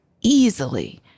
easily